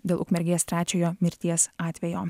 dėl ukmergės trečiojo mirties atvejo